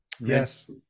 Yes